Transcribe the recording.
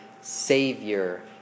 savior